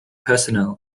personnel